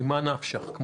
ממה נפשך.